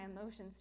emotions